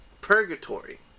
Purgatory